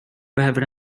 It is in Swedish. behöver